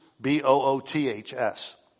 B-O-O-T-H-S